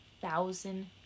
thousand